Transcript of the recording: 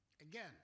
Again